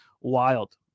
wild